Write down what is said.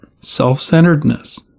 self-centeredness